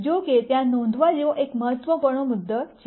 જો કે ત્યાં નોંધવા જેવો એક મહત્વપૂર્ણ મુદ્દો છે